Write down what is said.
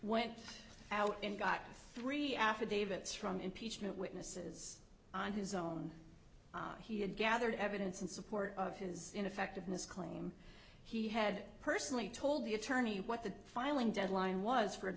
went out and got three affidavits from impeachment witnesses on his own he had gathered evidence in support of his ineffectiveness claim he had personally told the attorney what the filing deadline was for